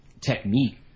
technique